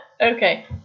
Okay